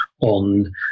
on